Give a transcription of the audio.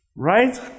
Right